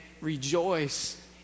rejoice